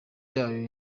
yayo